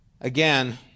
Again